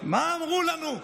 מה אמרו לנו,